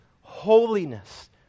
holiness